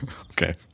Okay